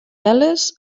teles